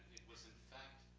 was in fact,